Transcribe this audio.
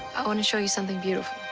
i want to show you something beautiful.